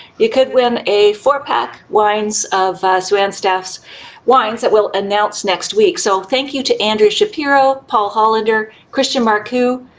you could win a four pack wines of sue-ann staff's wines that we'll announce next week. so thank you to andrea shapiro, paul hollander, christian marcoux